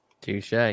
touche